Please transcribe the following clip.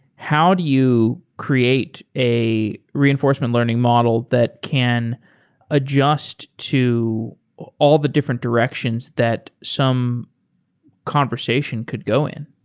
how do you create a reinforcement learning model that can adjust to all the different directions that some conversation could go in?